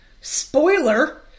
spoiler